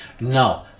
No